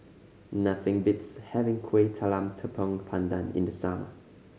nothing beats having Kueh Talam Tepong Pandan in the summer